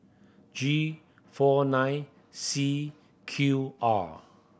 G four nine C Q R